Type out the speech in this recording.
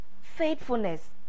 faithfulness